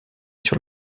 sur